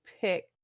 pick